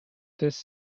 this